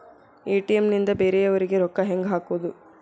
ATM ನಿಂದ ಬೇರೆಯವರಿಗೆ ರೊಕ್ಕ ಹೆಂಗ್ ಹಾಕೋದು?